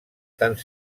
tant